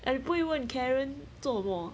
and 你不会问 karen 做什么